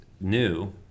new